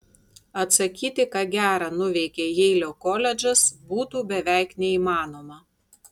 atsakyti ką gera nuveikė jeilio koledžas būtų beveik neįmanoma